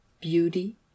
beauty